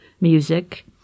music